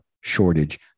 shortage